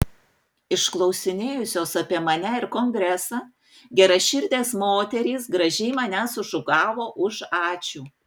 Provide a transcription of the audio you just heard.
išklausinėjusios apie mane ir kongresą geraširdės moterys gražiai mane sušukavo už ačiū